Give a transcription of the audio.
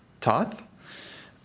Toth